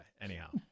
Anyhow